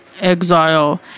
Exile